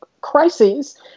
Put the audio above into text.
crises